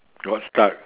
got stuck